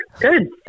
good